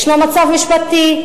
ישנו מצב משפטי,